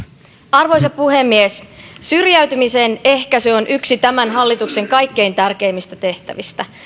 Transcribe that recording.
arvoisa puhemies syrjäytymisen ehkäisy on yksi tämän hallituksen kaikkein tärkeimmistä tehtävistä